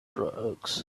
drugs